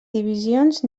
divisions